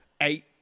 eight